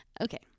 Okay